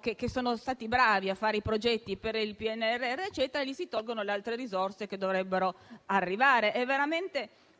che sono stati bravi a fare i progetti per il PNRR, si tolgono le altre risorse che dovrebbero arrivare. È veramente